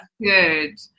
Good